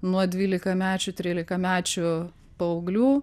nuo dvylikamečių trylikamečių paauglių